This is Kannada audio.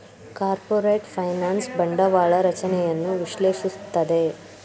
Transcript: ಕಾರ್ಪೊರೇಟ್ ಫೈನಾನ್ಸ್ ಬಂಡವಾಳ ರಚನೆಯನ್ನು ವಿಶ್ಲೇಷಿಸುತ್ತದೆ